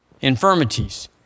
infirmities